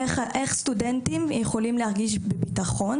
איך סטודנטים יכולים להרגיש בבטחון